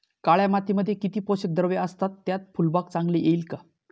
काळ्या मातीमध्ये किती पोषक द्रव्ये असतात, त्यात फुलबाग चांगली येईल का?